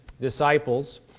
disciples